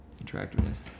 attractiveness